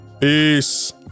Peace